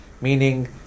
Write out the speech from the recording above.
Meaning